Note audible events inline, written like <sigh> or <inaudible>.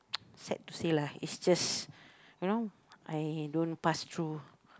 <noise> sad to say lah is just you know I don't pass through